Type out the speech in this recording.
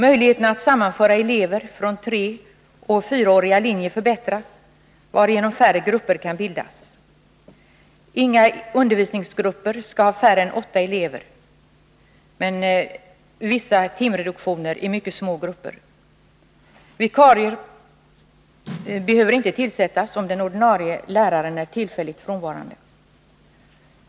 Möjligheterna att sammanföra elever från 3 och 4-åriga linjer förbättras, varigenom färre grupper kan bildas. Inga undervisningsgrupper skall ha färre än åtta elever, men vissa timreduktioner görs i mycket små grupper. Vikarier behöver inte tillsättas om den ordinarie läraren är tillfälligt frånvarande.